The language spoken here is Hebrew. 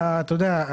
אתה יודע,